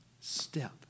step